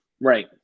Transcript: Right